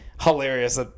hilarious